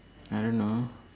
I don't know